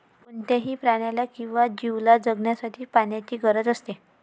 कोणत्याही प्राण्याला किंवा जीवला जगण्यासाठी पाण्याची गरज असते